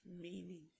meaning